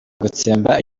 gutsemba